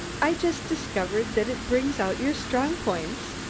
i just discovered that it brings out your strong points.